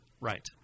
right